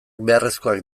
beharrezkoak